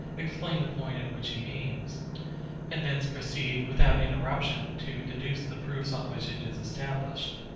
explain the point at which he aims and thence proceed, without interruption, to deduce the proofs on which it is established.